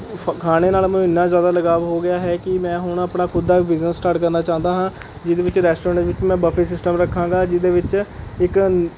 ਖਾਣੇ ਨਾਲ ਮੈਨੂੰ ਇੰਨਾਂ ਜ਼ਿਆਦਾ ਲਗਾਵ ਹੋ ਗਿਆ ਹੈ ਕਿ ਮੈਂ ਹੁਣ ਆਪਣਾ ਖੁਦ ਦਾ ਬਿਜ਼ਨਸ ਸਟਾਰਟ ਕਰਨਾ ਚਾਹੁੰਦਾ ਹਾਂ ਜਿਹਦੇ ਵਿੱਚ ਰੈਸਟੋਰੈਂਟ ਵਿੱਚ ਮੈਂ ਬੱਫ਼ੇ ਸਿਸਟਮ ਰੱਖਾਗਾਂ ਜਿਹਦੇ ਵਿੱਚ ਇੱਕ